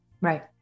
Right